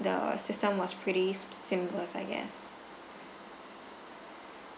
the system was pretty si~ simple I guess